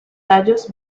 tallos